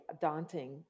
daunting